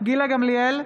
גילה גמליאל,